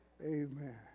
Amen